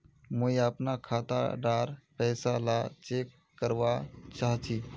मुई अपना खाता डार पैसा ला चेक करवा चाहची?